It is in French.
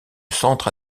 centre